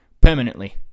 permanently